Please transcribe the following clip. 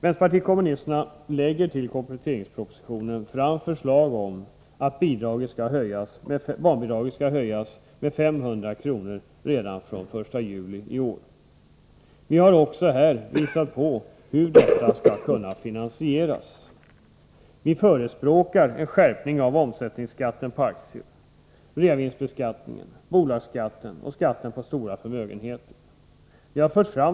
I anslutning till kompletteringspropositionen har vi i vänsterpartiet kommunisterna lagt fram förslag om en höjning av barnbidraget med 500 kr. redan från den 1 juli i år. Vi har här också anvisat hur detta skall finansieras. Vi förespråkar en skärpning av omsättningsskatten på aktier, av reavinstskatten, bolagsskatten och skatten på stora förmögenheter.